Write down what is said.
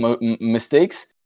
mistakes